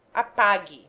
apague